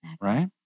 Right